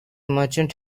merchant